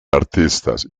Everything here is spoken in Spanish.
artistas